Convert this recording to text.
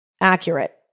accurate